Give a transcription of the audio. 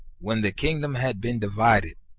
when the kingdom had been divided,